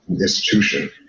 institution